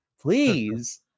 Please